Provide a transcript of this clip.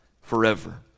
forever